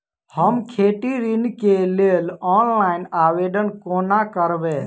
हम खेती ऋण केँ लेल ऑनलाइन आवेदन कोना करबै?